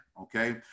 okay